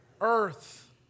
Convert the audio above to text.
earth